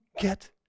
get